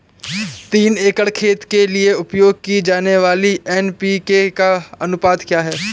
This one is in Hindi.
तीन एकड़ खेत के लिए उपयोग की जाने वाली एन.पी.के का अनुपात क्या है?